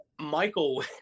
Michael